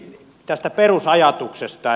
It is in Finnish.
tästä perusajatuksesta